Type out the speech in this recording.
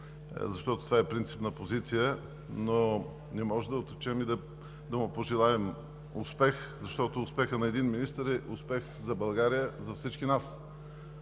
защото това е принципна позиция, но не можем да отречем и да не му пожелаем успех, защото успехът на един министър е успех за България и за всички нас.